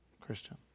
Christian